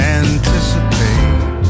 anticipate